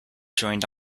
joined